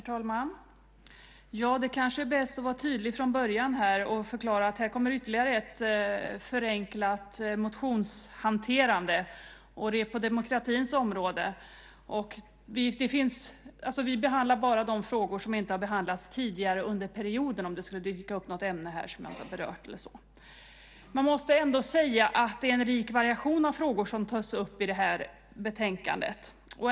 Herr talman! Det kanske är bäst att vara tydlig från början här och förklara att det här kommer ytterligare ett förenklat motionshanterande. Det är på demokratins område. Vi behandlar bara de frågor som inte har behandlats tidigare under perioden - om det skulle dyka upp något ämne som jag inte har berört. Man måste ändå säga att det är en rik variation av frågor som tas upp i det här betänkandet.